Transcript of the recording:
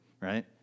right